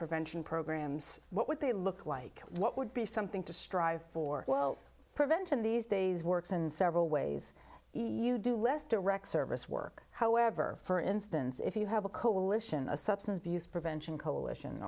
prevention programs what would they look like what would be something to strive for well prevention these days works in several ways you do less direct service work however for instance if you have a coalition a substance abuse prevention coalition